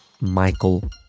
Michael